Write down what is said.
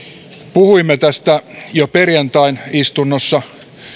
puhuimme tästä jo perjantain istunnossa